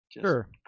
sure